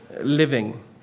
living